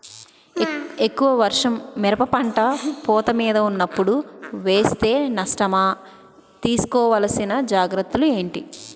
ఎక్కువ వర్షం మిరప పంట పూత మీద వున్నపుడు వేస్తే నష్టమా? తీస్కో వలసిన జాగ్రత్తలు ఏంటి?